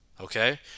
Okay